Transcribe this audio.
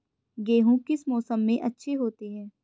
गेहूँ किस मौसम में अच्छे होते हैं?